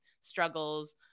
struggles